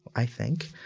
i think,